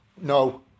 no